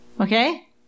okay